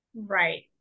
Right